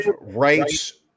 rights